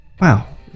Wow